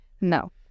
No